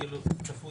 צפוי